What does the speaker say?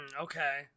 okay